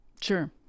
Sure